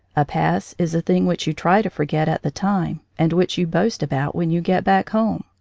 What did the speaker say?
a pass is a thing which you try to forget at the time and which you boast about when you get back home.